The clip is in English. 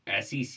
SEC